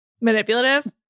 manipulative